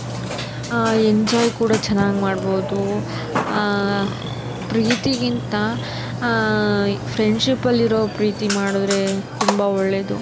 enjoy ಕೂಡ ಚೆನ್ನಾಗಿ ಮಾಡ್ಬೋದು ಪ್ರೀತಿಗಿಂತ ಫ್ರೆಂಡ್ಶಿಪ್ಪಲ್ಲಿರೋ ಪ್ರೀತಿ ಮಾಡಿದ್ರೆ ತುಂಬ ಒಳ್ಳೆಯದು